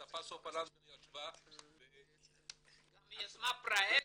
השרה סופה לנדבר ישבה --- וגם יזמה פרויקט.